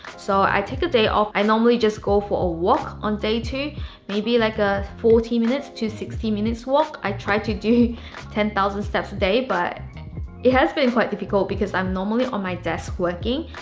so i take a day off. i normally just go for a walk on day two maybe like a fourteen minutes to sixteen minutes walk. i try to do ten thousand steps a day, but it has been quite difficult because i'm normally on my desk working.